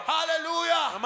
Hallelujah